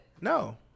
No